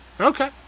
Okay